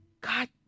God